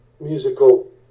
musical